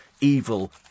evil